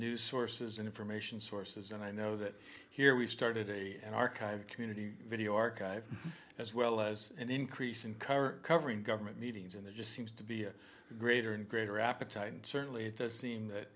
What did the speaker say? news sources and information sources and i know that here we started an archive community video archive as well as an increase in car covering government meetings and it just seems to be a greater and greater appetite and certainly it does seem that